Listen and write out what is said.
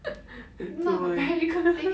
not a very good thing